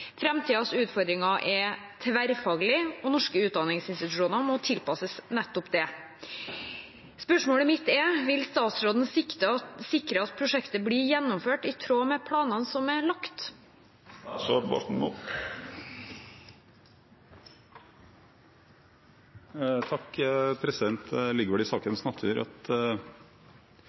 Fremtidens utfordringer er tverrfaglige, og norske utdanningsinstitusjoner må tilpasses det. Vil statsråden sikre at prosjektet blir gjennomført i tråd med planene som er lagt?» Det ligger vel i sakens natur at